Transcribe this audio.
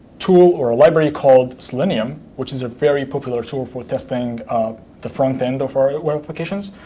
tool or a library called selenium, which is a very popular tool for testing the front end of our applications,